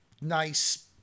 nice